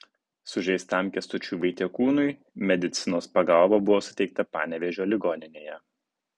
sužeistam kęstučiui vaitiekūnui medicinos pagalba buvo suteikta panevėžio ligoninėje